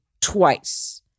twice